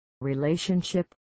relationship